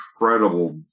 incredible